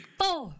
four